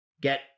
get